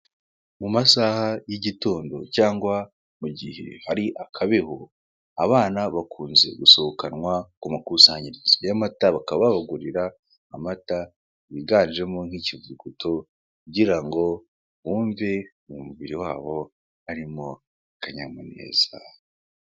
Mu masaha y'igitondo cyangwa igihe hari akabeho abana bakunze gusohokanwa ku kakusanyirizo y'amata bakaba babagurira amata yiganjemo nk'ikivuguto kugira ngo bumve mu mubiri wabo harimo akanyamuneza.